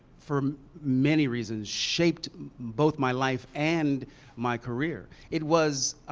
for many reasons, shaped both my life and my career. it was